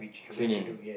cleaning